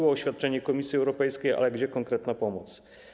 Było oświadczenie Komisji Europejskiej, ale gdzie jest konkretna pomoc?